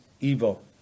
evil